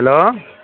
hello